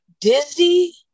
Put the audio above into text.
dizzy